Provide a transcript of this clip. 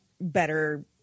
better